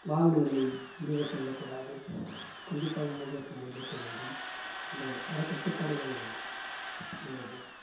வாகனங்களில் இருவர் செல்லக்கூடாது கண்டிப்பாக முகக்கவசம் அணிந்திருக்க வேண்டும் என்று பலக் கட்டுப்பாடுகள் இருந்தது